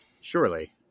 Surely